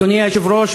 אדוני היושב-ראש,